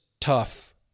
tough